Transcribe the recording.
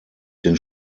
den